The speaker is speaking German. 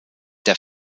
der